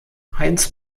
heinz